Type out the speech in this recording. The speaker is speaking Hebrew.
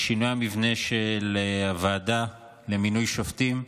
שינוי המבנה של הוועדה למינוי שופטים,